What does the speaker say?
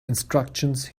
instructions